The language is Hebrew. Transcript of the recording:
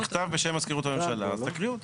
מכתב בשם מזכירות הממשלה, אז תקריאו אותו.